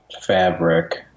fabric-